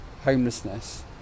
homelessness